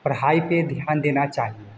पढ़ाई पर ध्यान देना चाहिए